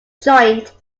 joint